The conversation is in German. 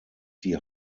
die